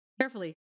carefully